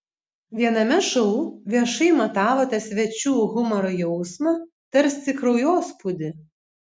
viename šou viešai matavote svečių humoro jausmą tarsi kraujospūdį